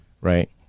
right